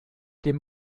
dem